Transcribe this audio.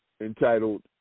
entitled